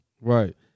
Right